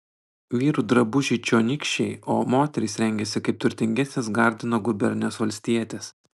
vyrų drabužiai čionykščiai o moterys rengiasi kaip turtingesnės gardino gubernijos valstietės